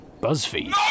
Buzzfeed